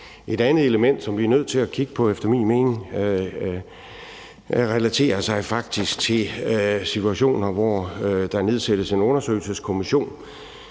Et andet element, som vi efter min mening er nødt til at kigge på, relaterer sig faktisk til situationer, hvor der nedsættes en undersøgelseskommission.